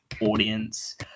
audience